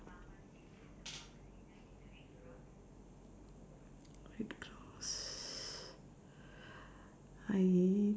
red cross I